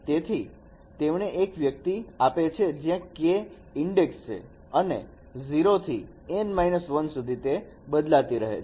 તેથી તેમણે એક વ્યક્તિ આપે છે જ્યાં k ઈન્ડેક્સ છે અને તે 0 થી N 1 સુધી બદલાતી રહે છે